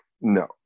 No